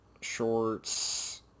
shorts